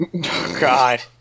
God